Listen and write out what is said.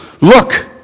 look